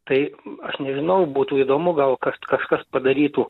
tai aš nežinau būtų įdomu gal kad kažkas padarytų